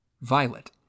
Violet